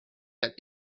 that